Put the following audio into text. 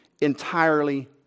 entirely